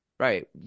Right